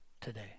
today